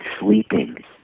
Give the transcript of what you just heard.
sleeping